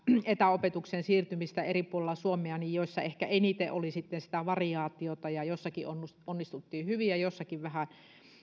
etäopetukseen siirtymistä eri puolilla suomea joissa ehkä eniten oli sitten sitä variaatiota ja jossakin onnistuttiin hyvin ja jossakin vähän